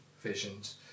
visions